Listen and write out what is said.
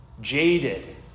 jaded